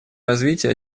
развития